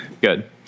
Good